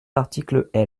l’article